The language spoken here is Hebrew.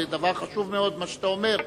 זה דבר חשוב מאוד מה שאתה אומר,